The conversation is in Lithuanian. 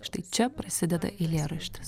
štai čia prasideda eilėraštis